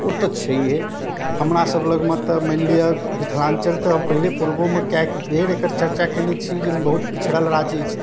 ओ तऽ छैए हमरासब लगमे तऽ मानि लिअऽ मिथिलाञ्चल तऽ पहिले पूर्वोमे कएक बेर एकर चर्चा केने छी जे बहुत पिछड़ल राज्य अछि